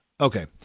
Okay